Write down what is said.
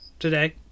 today